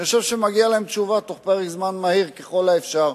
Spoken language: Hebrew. משום שאני חושב שמגיעה להם תשובה בתוך פרק זמן קצר ככל האפשר.